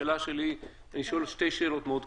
לכן אני מבקש לשאול שתי שאלות מאוד קצרות: